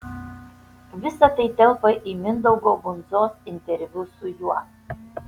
visa tai telpa į mindaugo bundzos interviu su juo